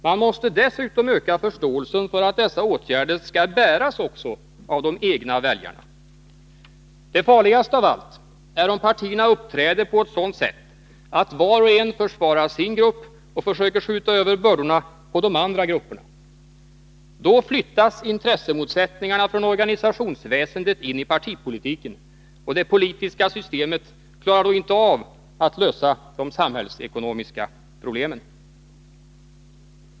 Man måste dessutom öka förståelsen för att dessa åtgärder skall bäras också av de egna väljarna. Det farligaste av allt är om partierna uppträder på ett sådant sätt att var och en försvarar sin grupp och försöker skjuta över bördorna på de andra grupperna. Då flyttas intressemotsättningarna från organisationsväsendet in i partipolitiken, och det politiska systemet klarar inte av att lösa de samhällsekonomiska problemen.